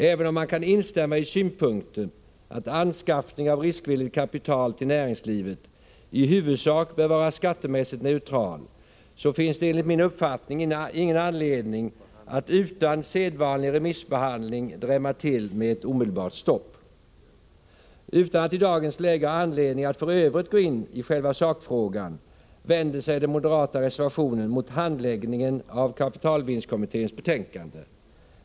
Även om man kan instämma i synpunkten att anskaffning av riskvilligt kapital till näringslivet i huvudsak bör vara skattemässigt neutral, finns det enligt min uppfattning ingen anledning att utan sedvanlig remissbehandling drämma till med ett omedelbart stopp. Utan att i dagens läge ha anledning att gå in i själva sakfrågan vänder sig den moderata reservationen mot handläggningen av kapitalvinstkommitténs betänkande.